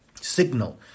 signal